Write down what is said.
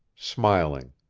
smiling.